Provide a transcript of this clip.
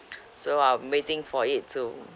so I'm waiting for it to